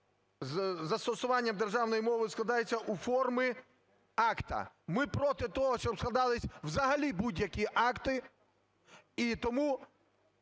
застосуванням державної мови складається у формі акта". Ми проти того, щоб складались взагалі будь-які акти,